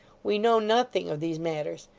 we know nothing of these matters.